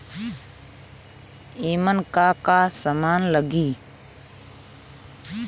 ईमन का का समान लगी?